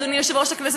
אדוני יושב-ראש הכנסת,